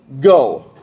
Go